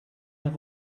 have